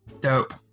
Dope